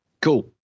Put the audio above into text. cool